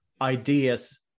ideas